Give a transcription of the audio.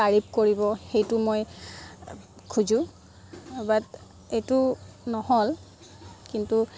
তাৰিফ কৰিব সেইটো মই খুজোঁ বাট এইটো নহ'ল কিন্তু